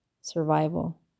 survival